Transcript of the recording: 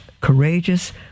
courageous